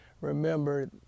Remember